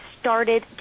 started